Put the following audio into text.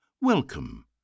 Welcome